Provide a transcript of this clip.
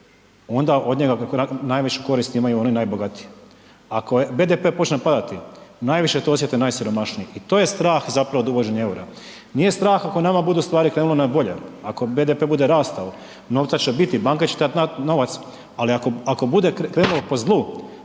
onda od njega najviše koristi imaju oni najbogatiji, ako BDP počne padati najviše to osjete najsiromašniji. I to je strah zapravo od uvođenja EUR-a. Nije strah ako nama budu stvari krenule na bolje, ako BDP bude rastao, novca će biti, banka će tad dat novac, ali ako bude krenulo po zlu,